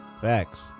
Facts